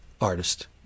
artist